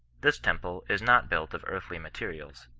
this temple is not built of earthly materials,